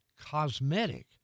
cosmetic